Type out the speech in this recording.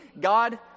God